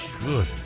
Good